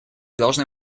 должны